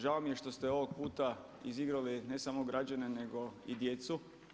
Žao mi je što ste ovog puta izizgrali ne samo građene nego i djecu.